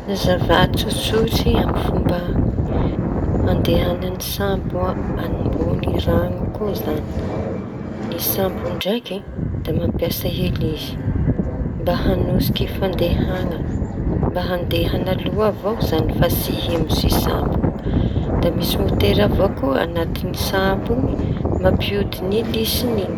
Fanazavaña tsotsotra aminy fomba handehañy sambo a- ambony raño koa zañy. Ny sambo ndraiky da mampiasa elisy mba hañosika fandehaña mba andeha añaloha avao zañy fa tsy hihemotsy sambo. Da misy motera avao koa ao añatiñy sambo iñy mampiodiñy elisy iñy.